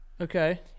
Okay